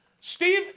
Steve